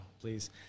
please